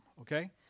okay